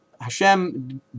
Hashem